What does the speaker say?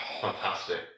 fantastic